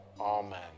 amen